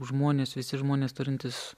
žmonės visi žmonės turintys